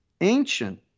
ancient